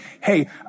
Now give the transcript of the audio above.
hey